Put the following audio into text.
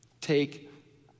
take